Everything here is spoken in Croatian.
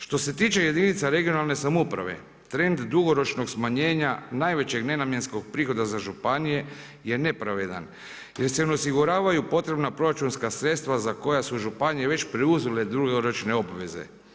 Što se tiče jedinica regionalne samouprave trend dugoročnog smanjenja najvećeg nenamjenskog prihoda za županije je nepravedan, jer se ne osiguravaju potrebna proračunska sredstva za koja su županije već preuzele dugoročne obveze.